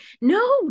no